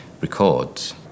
records